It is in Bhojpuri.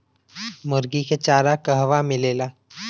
मुर्गी के चारा कहवा मिलेला?